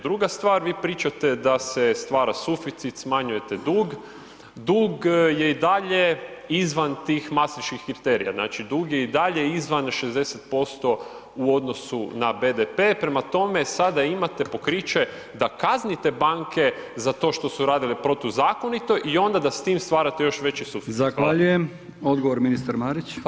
Druga stvar, vi pričate da se stvara suficit, smanjujete dug, dug je i dalje izvan tih mastriških kriterija, znači dug je i dalje izvan 60% u odnosu na BDP, prema tome sada imate pokriće da kaznite banke za to što su radile protuzakonito i onda da s tim stvarate još veći suficit [[Upadica: Zahvaljujem]] Hvala.